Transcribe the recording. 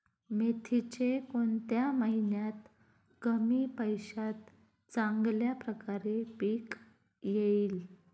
मेथीचे कोणत्या महिन्यात कमी पैशात चांगल्या प्रकारे पीक येईल?